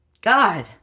God